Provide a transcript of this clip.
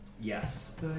Yes